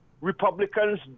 Republicans